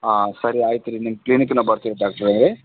ಹಾಂ ಸರಿ ಆಯ್ತು ರೀ ನಿಮ್ಮ ಕ್ಲಿನಿಕ್ಕಿಗೆ ನಾ ಬರ್ತೇವೆ ಡಾಕ್ಟ್ರೇ